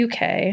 UK